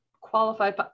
qualified